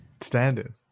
Standing